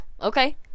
okay